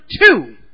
two